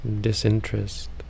disinterest